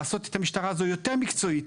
לעשות את המשטרה הזאת יותר מקצועית,